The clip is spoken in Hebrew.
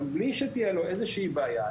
גם בלי שתהיה לו איזושהי בעיה,